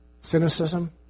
Cynicism